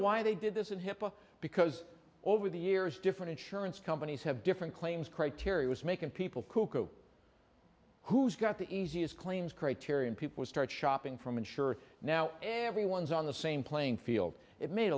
why they did this in hipaa because over the years different insurance companies have different claims criteria was making people cuckoo who's got the easiest claims criterion people start shopping from and sure now everyone's on the same playing field it made